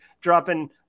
dropping